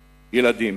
ילדים.